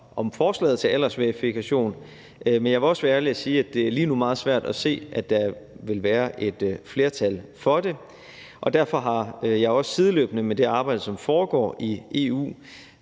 om forslaget til en aldersverifikation. Men jeg vil også være ærlig og sige, at det lige nu er meget svært at se, at der vil være et flertal for det, og derfor har jeg også sideløbende med det arbejde, som foregår i EU,